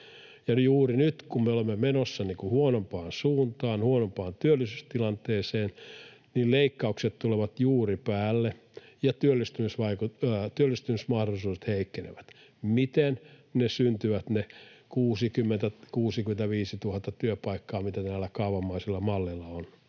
Juuri nyt, kun me olemme menossa huonompaan suuntaan, huonompaan työllisyystilanteeseen, leikkaukset tulevat päälle ja työllistymismahdollisuudet heikkenevät. Miten syntyvät ne 60 000—65 000 työpaikkaa, mitä näillä kaavamaisilla malleilla on